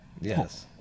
Yes